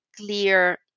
clear